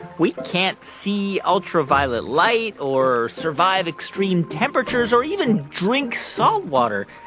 we can't see ultraviolet light or survive extreme temperatures or even drink salt water,